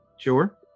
Sure